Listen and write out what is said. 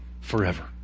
forever